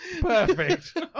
Perfect